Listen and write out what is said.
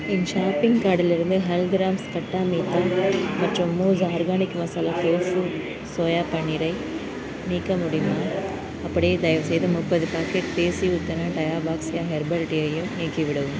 என் shopping கார்ட்டிலிருந்து ஹல்திராம்ஸ் கட்டா மீட்டா மற்றும் மூஸ் ஆர்கானிக் மசாலா டோஃபூ சோயா பன்னீரை நீக்க முடியுமா அப்படியே தயவுசெய்து முப்பது பாக்கெட் தேசி உத்தனா டயாபாக்ஸ்யா ஹெர்பல் டீயையும் நீக்கிவிடவும்